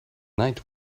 night